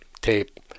tape